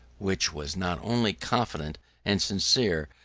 which was not only confident and sincere,